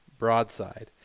broadside